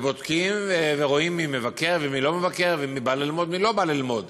בודקים ורואים מי מבקר ומי לא מבקר, ומי בא ללמוד